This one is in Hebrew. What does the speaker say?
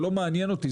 זה לא מעניין אותי,